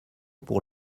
pour